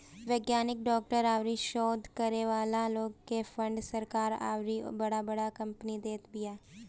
वैज्ञानिक, डॉक्टर अउरी शोध करे वाला लोग के फंड सरकार अउरी बड़ बड़ कंपनी देत बिया